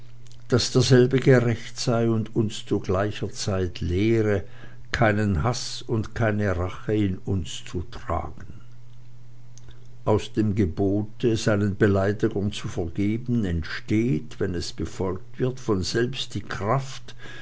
daß derselbe gerecht sei und uns zu gleicher zeit lehre keinen haß und keine rache in uns zu tragen aus dem gebote seinen beleidigern zu vergeben entsteht wenn es befolgt wird von selbst die kraft